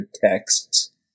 texts